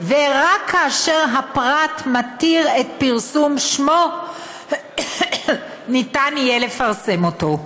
ורק כאשר הפרט מתיר את פרסום שמו יהיה ניתן לפרסם אותו.